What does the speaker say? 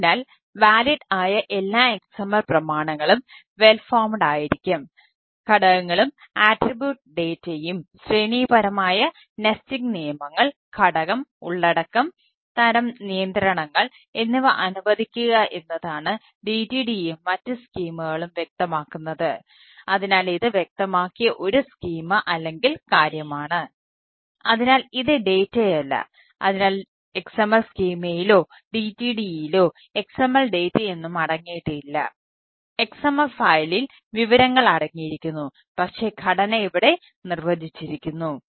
അതിനാൽ വാലിഡ് വിവരങ്ങൾ അടങ്ങിയിരിക്കുന്നു പക്ഷേ ഘടന ഇവിടെ നിർവചിച്ചിരിക്കുന്നു